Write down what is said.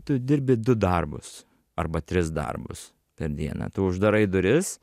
tu dirbi du darbus arba tris darbus per dieną tu uždarai duris